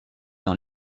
dans